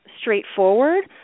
straightforward